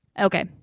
Okay